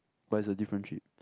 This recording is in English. but it's a different trip